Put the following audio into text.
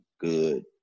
good